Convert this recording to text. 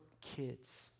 kids